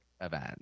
event